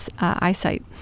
eyesight